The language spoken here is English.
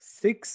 six